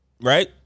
right